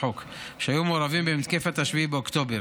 בחוק שהיו מעורבים במתקפת 7 באוקטובר.